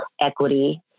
equity